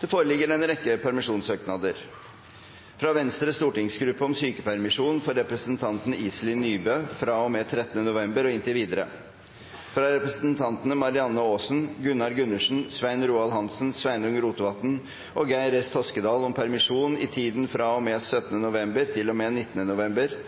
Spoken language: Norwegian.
Det foreligger en rekke permisjonssøknader: fra Venstres stortingsgruppe om sykepermisjon for representanten Iselin Nybø i tiden fra og med 13. november og inntil videre fra representantene Marianne Aasen, Gunnar Gundersen, Svein Roald Hansen, Sveinung Rotevatn og Geir S. Toskedal om permisjon i tiden fra og med 17. november